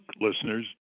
listeners